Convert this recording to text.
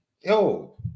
Yo